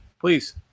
please